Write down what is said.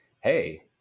hey